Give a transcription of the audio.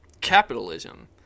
capitalism